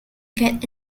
could